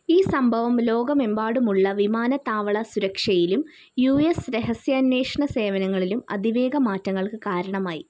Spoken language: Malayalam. ഈ സംഭവം ലോകമെമ്പാടുമുള്ള വിമാനത്താവള സുരക്ഷയിലും യു എസ് രഹസ്യാന്വേഷണ സേവനങ്ങളിലും അതിവേഗ മാറ്റങ്ങൾക്ക് കാരണമായി